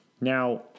Now